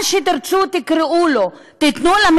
תקראו לו מה שתרצו,